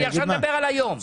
כרגע אני מדבר על היום.